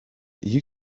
you